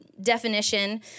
definition